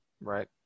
Right